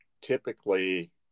typically